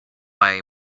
buy